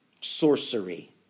sorcery